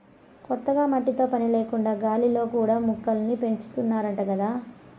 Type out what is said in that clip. కొత్తగా మట్టితో పని లేకుండా గాలిలో కూడా మొక్కల్ని పెంచాతన్నారంట గదా